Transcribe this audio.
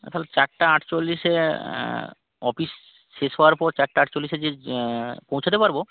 তাহলে চারটা আটচল্লিশে অফিস শেষ হওয়ার পর চারটা আটচল্লিশে যেয়ে পৌঁছাতে পারব